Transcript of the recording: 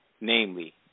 namely